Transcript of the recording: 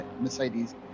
mercedes